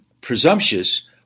presumptuous